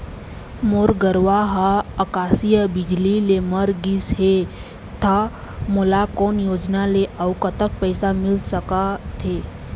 मोर गरवा हा आकसीय बिजली ले मर गिस हे था मोला कोन योजना ले अऊ कतक पैसा मिल सका थे?